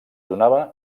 donava